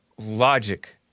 logic